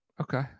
Okay